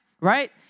right